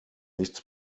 nichts